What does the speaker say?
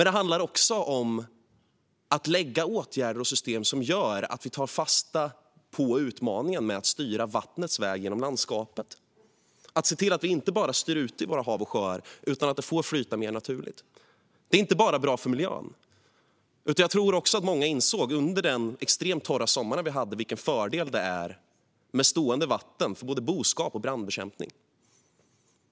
Det handlar också om att vidta åtgärder och skapa system som gör att vi tar oss an utmaningen att styra vattnets väg genom landskapet och se till att vi inte bara styr ut det i våra hav och sjöar, utan att det får flyta mer naturligt. Detta är inte bara bra för miljön, utan jag tror att många insåg under den extremt torra sommar vi hade vilken fördel det är med stående vatten, för både boskap och brandbekämpning.